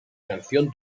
canción